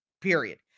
Period